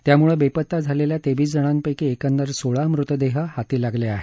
त्यामुळे बेपत्ता झालेल्या तेवीस जणांपैकी एकंदर सोळा मृतदेह हाती लागले आहेत